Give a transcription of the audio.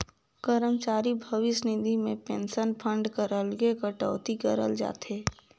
करमचारी भविस निधि में पेंसन फंड कर अलगे कटउती करल जाथे